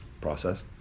process